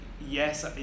yes